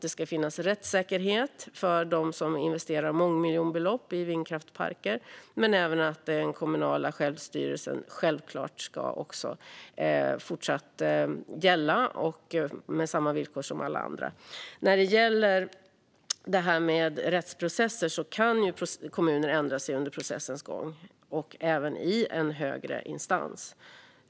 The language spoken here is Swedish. Det ska finnas rättssäkerhet för dem som investerar mångmiljonbelopp i vindkraftsparker, men det kommunala självstyret ska självklart fortsätta att gälla med samma villkor som för alla andra. I en rättsprocess kan ju kommunen ändra sig under processens gång, även i en högre instans.